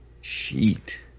sheet